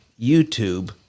YouTube